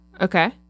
okay